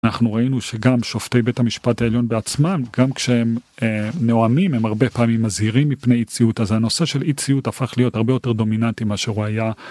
אנחנו ראינו שגם שופטי בית המשפט העליון בעצמם, גם כשהם, אה... נואמים, הם הרבה פעמים מזהירים מפני אי ציות, אז הנושא של אי ציות הפך להיות הרבה יותר דומיננטי מאשר הוא היה.